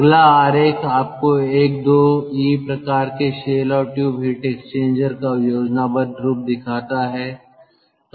अगला आरेख आपको 1 2 ई प्रकार के शेल और ट्यूब हीट एक्सचेंजर का योजनाबद्ध रूप दिखाता है